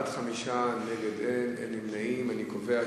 לפרוטוקול.